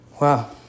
Wow